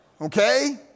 Okay